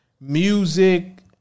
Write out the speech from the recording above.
music